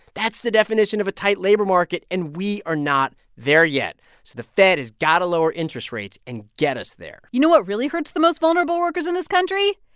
that's the definition of a tight labor market, and we are not there yet, so the fed has got to lower interest rates and get us there you know what really hurts the most vulnerable workers in this country?